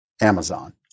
Amazon